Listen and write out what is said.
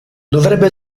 dovrebbe